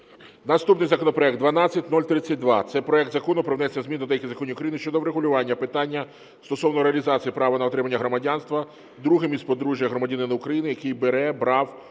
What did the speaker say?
Наступний законопроект 12032 – це проект Закону про внесення змін до деяких законів України щодо врегулювання питання стосовно реалізації права на отримання громадянства другим із подружжя громадянина України, який бере (брав)